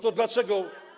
To dlaczego.